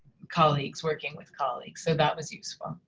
colleagues working with colleagues, so that was useful.